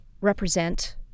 represent